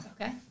Okay